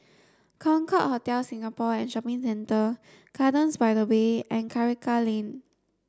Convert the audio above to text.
Concorde Hotel Singapore and Shopping Centre Gardens by the Bay and Karikal Lane